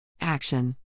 Action